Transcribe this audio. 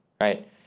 right